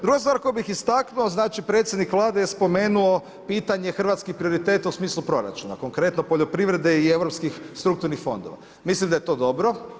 Druga stvar koju bih istaknuo, predsjednik Vlade je spomenuo pitanje hrvatskih prioriteta u smislu proračuna konkretno poljoprivrede i europskih strukturnih fondova, mislim da je to dobro.